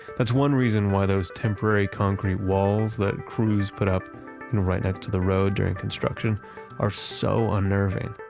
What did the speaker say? that's one reason why those temporary concrete walls that crews put up right next to the road during construction are so unnerving.